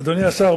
אדוני השר,